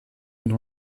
nom